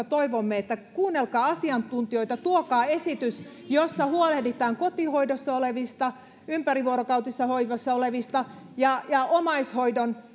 toivomme kuunnelkaa asiantuntijoita tuokaa esitys jossa huolehditaan kotihoidossa olevista ympärivuorokautisessa hoivassa olevista ja ja omaishoidon